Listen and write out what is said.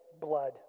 Blood